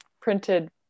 printed